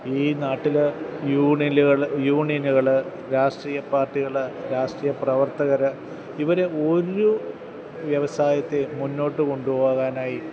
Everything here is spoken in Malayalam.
ഈ നാട്ടിൽ യൂണിയനിൽ യൂണിയനുകൾ രാഷ്ട്രീയപാർട്ടികൾ രാഷ്ട്രീയ പ്രവർത്തകർ ഇവർ ഒരു വ്യവസായത്തെയും മുന്നോട്ടുകൊണ്ടുപോകാനായി